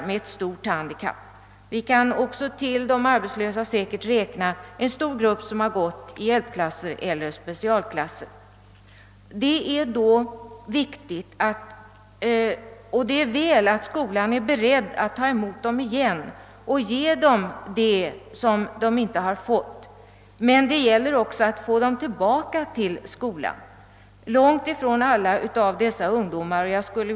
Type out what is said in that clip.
Till de sistnämnda arbetslösa kan vi säkert också räkna en stor grupp som gått i hjälpklasser eller specialklasser. Det är väl att skolan är beredd att ta emot dem igen och ge dem det som de inte har fått tidigare, men det gäller också att få dem tillbaka till skolan. Långt ifrån alla dessa ungdomar vill söka utbildning.